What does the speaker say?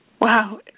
Wow